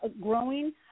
growing